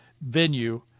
venue